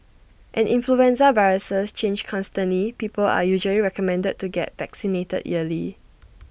as influenza viruses change constantly people are usually recommended to get vaccinated yearly